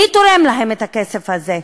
מי תורם להם את הכסף הזה?